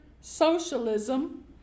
socialism